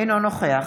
אינו נוכח